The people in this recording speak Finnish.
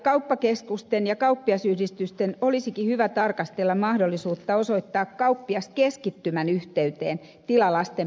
kauppakeskusten ja kauppiasyhdistysten oli sikin hyvä tarkastella mahdollisuutta osoittaa kauppiaskeskittymän yhteyteen tila lasten päiväkodille